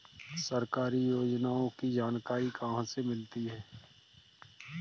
सरकारी योजनाओं की जानकारी कहाँ से मिलती है?